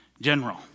general